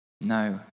No